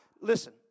listen